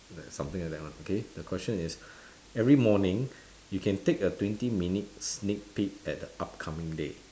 like something like that [one] okay the question is every morning you can take a twenty minute sneak peak at the upcoming day